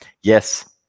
Yes